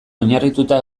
oinarrituta